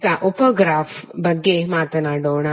ಈಗ ಉಪ ಗ್ರಾಫ್ ಬಗ್ಗೆ ಮಾತನಾಡೋಣ